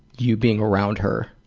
you being around her.